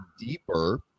deeper